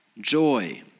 joy